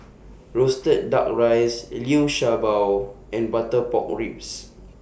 Roasted Duck Rice Liu Sha Bao and Butter Pork Ribs